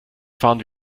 fahren